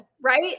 right